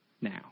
now